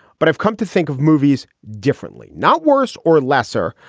but i've come to think of movies differently, not worse or lesser.